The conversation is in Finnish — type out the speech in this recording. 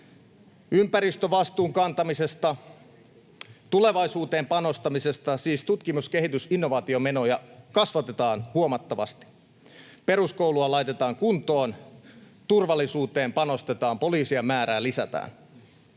ympäristövastuun kantamisesta, tulevaisuuteen panostamisesta, siis tutkimus-, kehitys-, innovaatiomenoja kasvatetaan huomattavasti, peruskoulua laitetaan kuntoon, turvallisuuteen panostetaan, poliisien määrää lisätään.